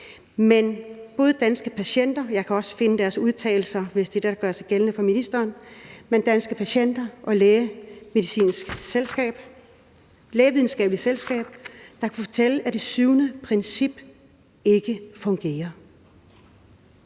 ministeren – og Lægevidenskabelige Selskaber kunne fortælle, at det syvende princip ikke fungerer.